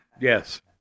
yes